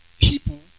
people